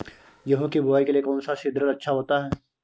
गेहूँ की बुवाई के लिए कौन सा सीद्रिल अच्छा होता है?